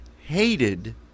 hated